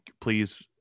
please